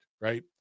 right